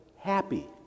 happy